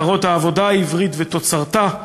יקרות העבודה העברית ותוצרתה,